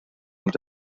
und